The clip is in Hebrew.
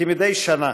כמדי שנה.